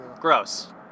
Gross